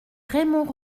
raymond